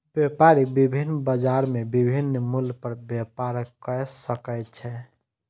व्यापारी विभिन्न बजार में विभिन्न मूल्य पर व्यापार कय सकै छै